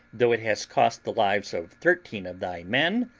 though it has cost the lives of thirteen of thy men,